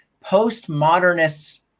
post-modernist